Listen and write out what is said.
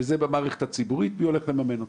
זה במערכת הציבורית, מי הולך לממן אותם.